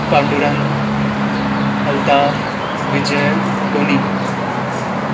Pandurang Altaf Vijay Tony